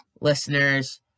listeners